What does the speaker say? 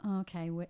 Okay